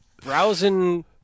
browsing